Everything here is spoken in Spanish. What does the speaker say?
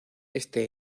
este